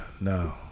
no